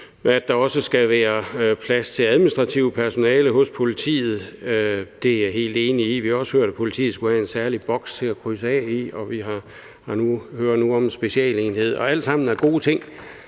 at der også skal være plads til administrativt personale hos politiet. Det er jeg helt enig i. Vi har også hørt, at politiet skulle have en særlig boks til at krydse af i, og vi hører nu om en specialenhed. Alt sammen er gode ting,